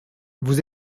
vous